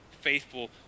faithful